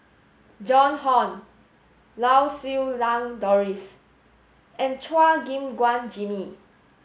Joan Hon Lau Siew Lang Doris and Chua Gim Guan Jimmy